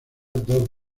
dos